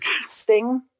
casting